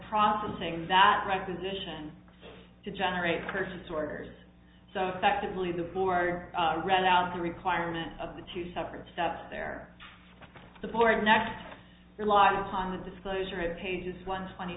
processing that right position to generate purchase orders so effectively the board read out the requirement of the two separate stuff there the board next relied upon the disclosure of pages one twenty